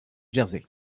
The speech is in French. jersey